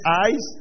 eyes